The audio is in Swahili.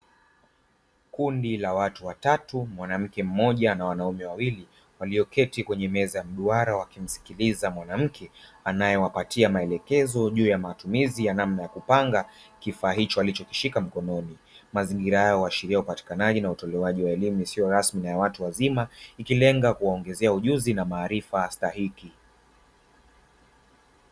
Kundi la watu watatu mwanamke mmoja na wanaume wawili walioketi kwenye meza ya mduara, wakimsikiliza mwanamke anayewapatia maelekezo juu ya matumizi ya namna ya kupanga kifaa hicho alichokishika mkononi. Mazingira hayo huashiria upatikanaji na utolewaji wa elimu isiyo rasmi na ya watu wazima, ikilenga kuwaongezea ujuzi na maarifa stahiki.